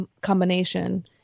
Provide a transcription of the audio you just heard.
combination